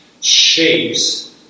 shapes